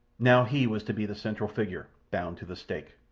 now he was to be the central figure, bound to the stake.